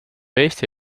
eesti